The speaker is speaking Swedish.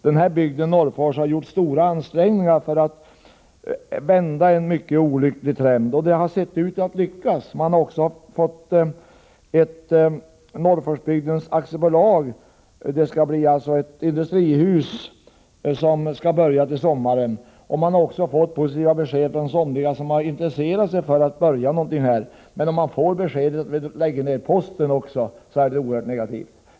Norrforsbygden har gjort stora ansträngningar för att vända en mycket olycklig trend, och det har sett ut att lyckas. Man har startat Norrforsbygdens AB, som till sommaren skall öppna ett industrihus. Man har också fått positiva besked från somliga intressenter, som skulle kunna tänka sig att här börja en verksamhet. Beskedet att posten skall läggas ned är i detta sammanhang oerhört negativt.